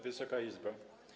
Wysoka Izbo!